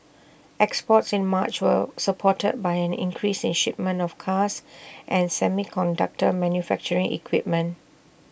exports in March were supported by an increase in shipments of cars and semiconductor manufacturing equipment